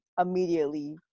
immediately